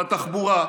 בתחבורה,